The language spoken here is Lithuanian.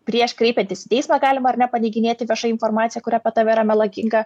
prieš kreipiantis į teismą galima ar ne paneiginėti viešą informaciją kuri apie tave yra melaginga